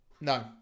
No